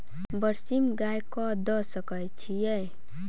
बरसीम गाय कऽ दऽ सकय छीयै?